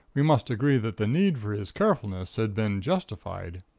we must agree that the need for his carefulness had been justified.